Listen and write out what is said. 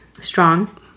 Strong